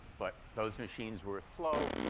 but those machines were slow.